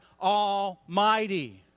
Almighty